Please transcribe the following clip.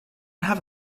have